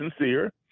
sincere